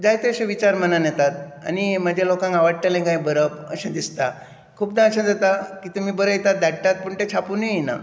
जाय तशें विचार मनांत येता आनी म्हजें लोकांक आवडटले काय बरप अशें दिसतां खूबदां अशें जाता की तुमी बरयता ते धाडटा पूण तें छापूनय येना